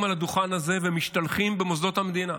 על הדוכן הזה ומשתלחים במוסדות המדינה,